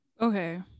Okay